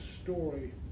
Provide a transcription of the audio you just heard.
story